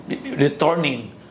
returning